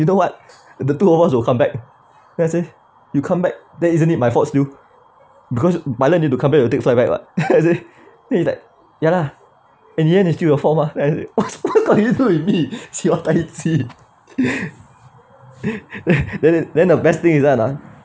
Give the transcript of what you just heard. you know what the two of us will come back let's say you come back then isn't it my fault still because by right need to come back will take flight back [what] they needed ya lah in the end it's still your fault mah then I say what has this got to do with me it's your dai ji